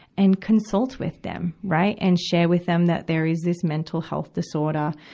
and consult with them, right, and share with them that there is this mental health disorder.